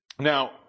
Now